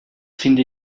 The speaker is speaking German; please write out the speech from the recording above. finde